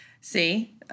See